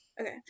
okay